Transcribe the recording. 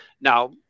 Now